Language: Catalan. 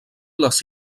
les